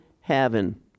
heaven